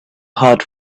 hot